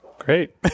Great